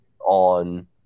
on